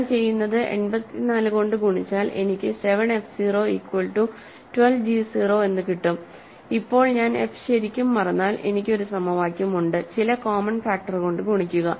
ഞാൻ ചെയ്യുന്നത് 84 കൊണ്ട് ഗുണിച്ചാൽ എനിക്ക് 7 എഫ് 0 ഈക്വൽ റ്റു 12 g 0 എന്ന് കിട്ടും ഇപ്പോൾ ഞാൻ എഫ് ശരിക്കും മറന്നാൽ എനിക്ക് ഒരു സമവാക്യം ഉണ്ട് ചില കോമൺ ഫാക്ടർ കൊണ്ട് ഗുണിക്കുക